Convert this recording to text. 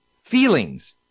Feelings